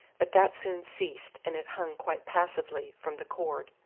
but that soon ceased, and it hung quite passively from the cord.